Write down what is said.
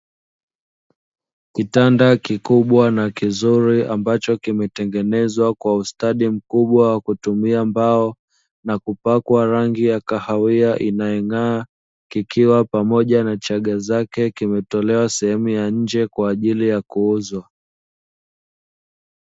Kitanda kikubwa na kizuri ambacho kimetengenezwa kwa ustadi mkubwa wa kutumia mbao na kupakwa rangi ya kahawia inayong'aa, kikiwa pamoja na chaga zake kimetolewa sehemu ya nje kwa ajili ya kuuzwa.